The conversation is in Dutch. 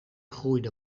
groeide